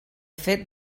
fet